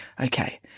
Okay